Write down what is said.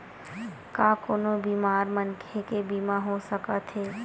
का कोनो बीमार मनखे के बीमा हो सकत हे?